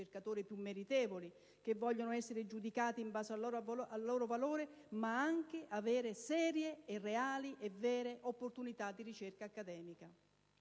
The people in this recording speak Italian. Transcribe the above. ricercatori più meritevoli, che vogliono essere giudicati in base al loro valore, ma anche avere serie, reali e vere opportunità di ricerca accademica.